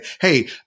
hey